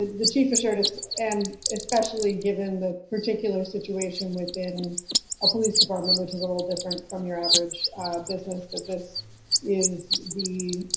the chief assured us and especially given the particular situation within a police department, which is a little different from your average business, that this is the